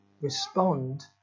respond